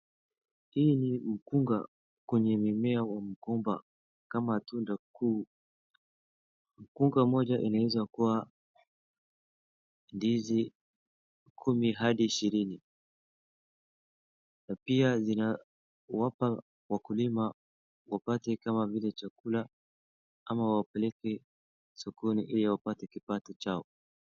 Hii ni mkunga kwenye mimea wa mkunga kama tunda kuu. Mkunga moja inaweza kuwa ndizi kumi hadi ishirini na pia zinawapa wakulima wapate kama vile chakula, ama wapeleke sokoni ili wapate kipato chao.